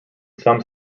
some